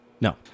No